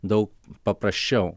daug paprasčiau